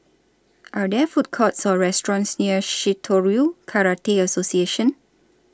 Are There Food Courts Or restaurants near Shitoryu Karate Association